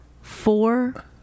Four